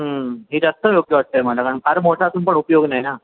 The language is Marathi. हे जास्त योग्य वाटतं आहे मला कारण फार मोठं असून पण उपयोग नाही ना